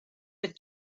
but